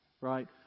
right